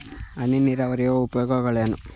ಹನಿ ನೀರಾವರಿಯ ಉಪಯೋಗಗಳೇನು?